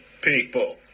people